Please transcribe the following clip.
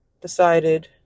decided